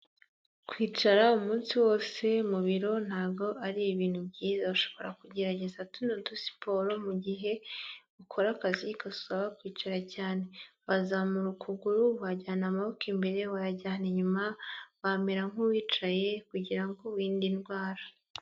Kwicara umunsi wose mu biro ntago ari ibintu byiza, ushobora kugerageza tuno dusiporo mu gihe ukora akazi gasaba kwicara cyane. Wazamura ukuguru, wajyana amaboko imbere, wayajyana inyuma, wamera nk'uwicaye kugira ngo wirinde indwara.